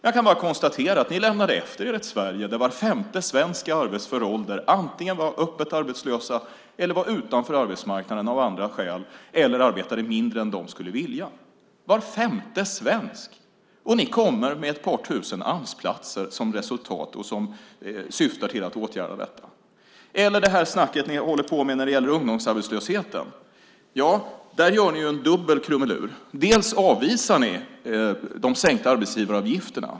Jag kan bara konstatera att ni lämnade efter er ett Sverige där var femte svensk i arbetsför ålder antingen var öppet arbetslös, stod utanför arbetsmarknaden av andra skäl eller arbetade mindre än man skulle vilja. Var femte svensk, och ni kommer med ett par tusen Amsplatser med syfte att åtgärda detta. Det här snacket ni håller på med när det gäller ungdomsarbetslösheten, där gör ni ju en dubbel krumelur. Ni avvisar de sänkta arbetsgivaravgifterna.